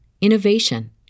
innovation